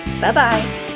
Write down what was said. Bye-bye